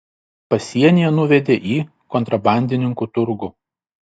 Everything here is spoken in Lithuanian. pasienyje nuvedė į kontrabandininkų turgų